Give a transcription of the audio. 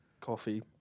coffee